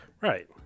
Right